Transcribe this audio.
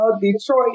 Detroit